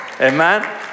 Amen